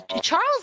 Charles